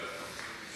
נתקבלה.